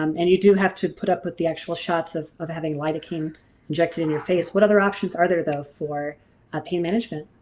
um and you do have to put up with the actual shots of of having lidocaine injected in your face. what other options are there though for ah pain management?